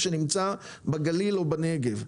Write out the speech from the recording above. שנמצא בגליל או בנגב.